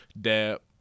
dab